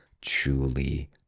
truly